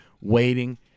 waiting